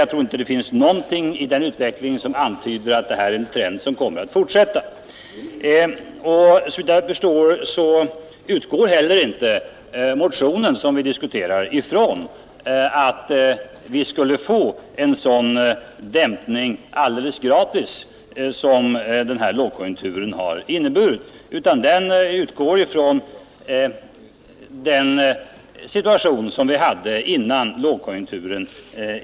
Jag tror inte det finns någonting som antyder att detta är en trend som kommer att fortsätta. Såvitt jag förstår utgår den motion vi diskuterar inte heller från detta utan i stället från den situation som vi hade före lågkonjunkturen.